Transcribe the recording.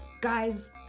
Guys